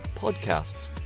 podcasts